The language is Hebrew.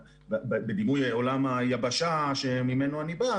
בדימוי עולם היבשה שממנו אני בא,